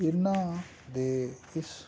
ਇਹਨਾਂ ਦੇ ਇਸ